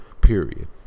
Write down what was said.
period